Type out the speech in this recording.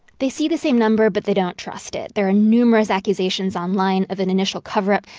they see the same number, but they don't trust it. there are numerous accusations online of an initial cover-up.